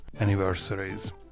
anniversaries